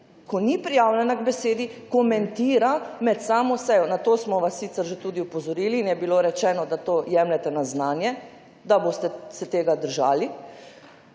ko ni prijavljena k besedi, komentira med samo sejo. Na to smo vas sicer že tudi opozorili in je bilo rečeno, da to jemljete na znanje, da boste se tega držali.